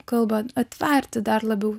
kalbą atverti dar labiau